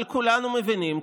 אבל כולנו מבינים,